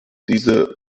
diese